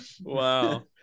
Wow